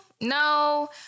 No